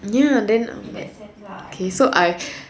ya then like okay so I